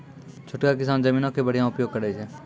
छोटका किसान जमीनो के बढ़िया उपयोग करै छै